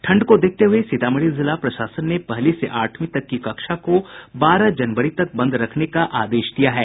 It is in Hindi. ठंड को देखते हुये सीतामढी जिला प्रशासन ने पहली से आठवीं तक की कक्षा को बारह जनवरी तक बंद रखने का आदेश दिया है